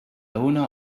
owner